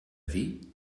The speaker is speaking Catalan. dir